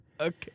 Okay